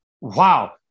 Wow